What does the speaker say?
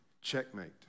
Checkmate